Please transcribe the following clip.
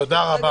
תודה רבה.